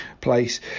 place